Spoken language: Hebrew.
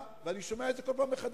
אני שומע את זה כל פעם מחדש,